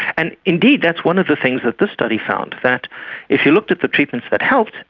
and indeed, that's one of the things that this study found, that if you looked at the treatments that helped,